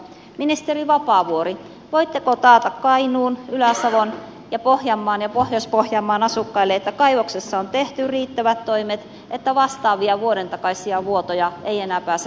ministeri vapaavuori voitteko taata kainuun ylä savon ja pohjanmaan ja pohjois pohjanmaan asukkaille että kaivoksessa on tehty riittävät toimet niin että vuoden takaisia vastaavia vuotoja ei enää pääse tapahtumaan